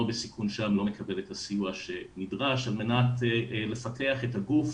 בסיכון שם לא מקבל את הסיוע שנדרש על מנת לפתח את הגוף